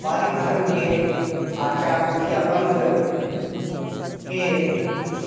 बालिक धर्म के आचार्य दुखियापंथ के